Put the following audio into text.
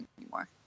anymore